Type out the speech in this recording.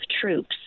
troops